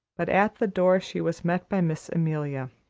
but at the door she was met by miss amelia.